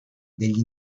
degli